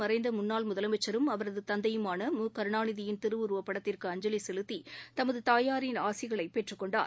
மறைந்த முன்னாள் முதலமைச்சரும் அவரது தந்தையுமான மு கருணாநிதியின் திருவுருவப் படத்திற்கு அஞ்சலி செலுத்தி தமது தாயாரின் ஆசிகளை பெற்றுக் கொண்டார்